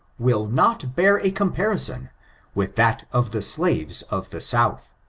will not bear a comparison with that of the slaves of the south.